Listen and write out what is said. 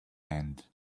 end